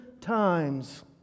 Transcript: times